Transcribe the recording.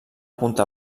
punta